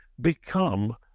become